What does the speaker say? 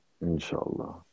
Inshallah